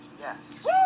Yes